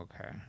okay